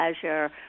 pleasure